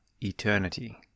eternity